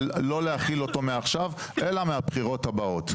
אבל לא להחיל אותו מעכשיו אלא מהבחירות הבאות.